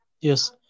Yes